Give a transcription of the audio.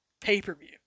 pay-per-view